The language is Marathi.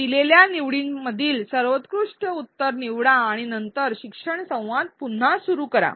दिलेल्या निवडींमधील सर्वोत्कृष्ट उत्तर निवडा आणि नंतर शिक्षण संवाद पुन्हा सुरू करा